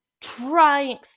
trying